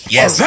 Yes